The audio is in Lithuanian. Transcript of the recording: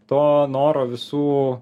to noro visų